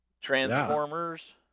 Transformers